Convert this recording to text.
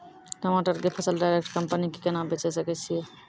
टमाटर के फसल डायरेक्ट कंपनी के केना बेचे सकय छियै?